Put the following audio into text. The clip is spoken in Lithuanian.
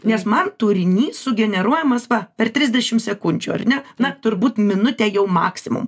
nes man turinys sugeneruojamas va per trisdešimt sekundžių ar ne na turbūt minutę jau maksimum